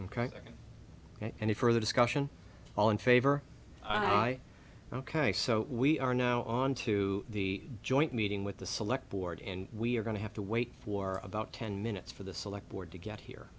and it further discussion all in favor ok so we are now on to the joint meeting with the select board and we're going to have to wait for about ten minutes for the select board to get here